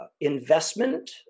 investment